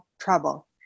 trouble